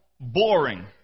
boring